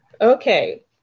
Okay